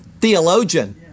theologian